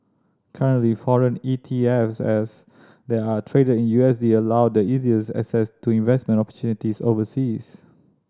currently foreign E T F s that are traded in U S D allow the easiest access to investment opportunities overseas